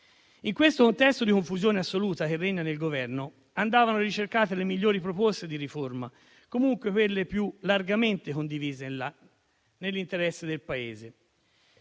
In questo contesto di confusione assoluta che regna nel Governo, andavano ricercate le migliori proposte di riforma, comunque quelle più largamente condivise nell'interesse del Paese.